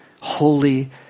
holy